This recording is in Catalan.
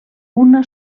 una